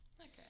Okay